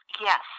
Yes